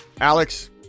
Alex